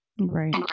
Right